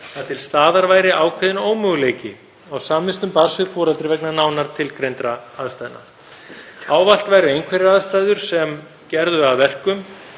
að til staðar væri ákveðinn ómöguleiki á samvistum barns við foreldri vegna nánar tilgreindra ástæðna. Ávallt væru einhverjar aðstæður sem gerðu það að verkum